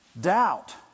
Doubt